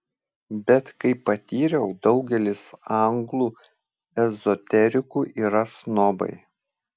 bet kaip patyriau daugelis anglų ezoterikų yra snobai